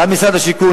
גם משרד השיכון,